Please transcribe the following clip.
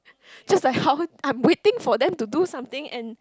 just like Hao I'm waiting for them to do something and